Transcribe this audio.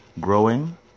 growing